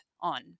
on